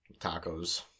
Tacos